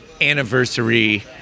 anniversary